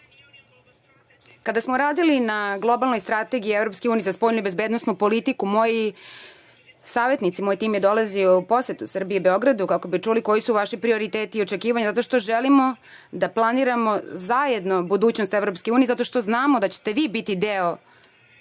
smo radili na globalnoj strategiji EU za spoljnu i bezbednosnu politiku, moji savetnici, moj tim je dolazio u posetu Srbiji i Beogradu kako bi čuli koji su vaši prioriteti i očekivanja zato što želimo da planiramo zajedno budućnost EU, zato što znamo da ćete vi biti deo